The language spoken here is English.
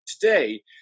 today